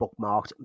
bookmarked